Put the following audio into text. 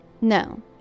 No